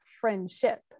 friendship